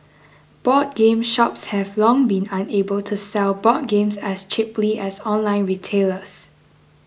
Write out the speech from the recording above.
board game shops have long been unable to sell board games as cheaply as online retailers